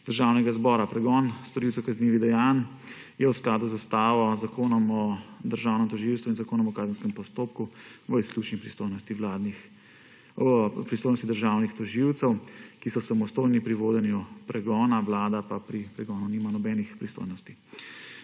Državnega zbora: pregon storilcev kaznivih dejanj je v skladu z Ustavo, Zakonom o Državnem tožilstvu in Zakonom o kazenskem postopku v izključni pristojnosti državnih tožilcev, ki so samostojni pri vodenju pregona, Vlada pa pri pregonu nima nobenih pristojnosti.